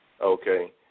okay